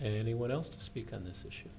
anyone else to speak on this issue